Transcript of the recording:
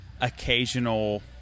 occasional